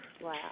Wow